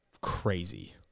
crazy